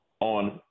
on